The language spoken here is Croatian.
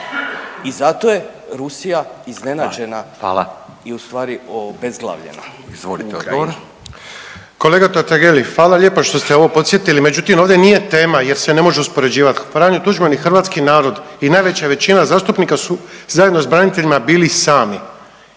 Izvolite odgovor. **Krstulović Opara, Andro (HDZ)** Kolega Totgergeli hvala lijepo što ste ovo podsjetili, međutim ovdje nije tema jer se ne može uspoređivati Franjo Tuđman i hrvatski narod i najveća većina zastupnika su zajedno sa braniteljima bili sami.